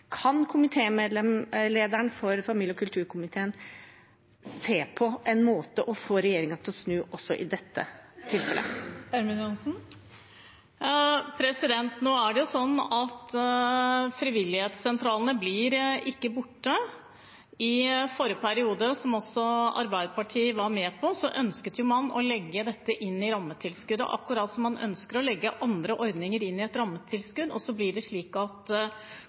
Kan lederen for familie- og kulturkomiteen se på en måte å få regjeringen til å snu på også i dette tilfellet? Nå er det jo sånn at frivilligsentralene ikke blir borte. I forrige periode – noe også Arbeiderpartiet var med på – ønsket man å legge dette inn i rammetilskuddet, akkurat som man ønsker å legge andre ordninger inn i et rammetilskudd, og så blir det slik at